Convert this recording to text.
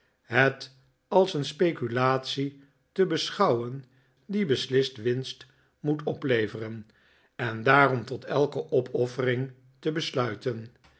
het als een speculatie te beschouwen die beslist winst moet opleveren en daarom tot e opoffering te besluiten